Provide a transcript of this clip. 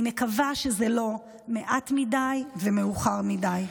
אני מקווה שזה לא מעט מדי ומאוחר מדי.